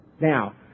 now